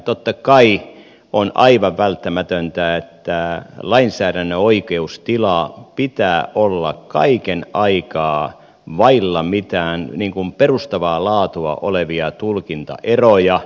totta kai on aivan välttämätöntä että lainsäädännön oikeustilan pitää olla kaiken aikaa vailla mitään perustavaa laatua olevia tulkintaeroja